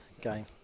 game